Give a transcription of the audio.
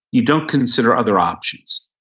you don't consider other options.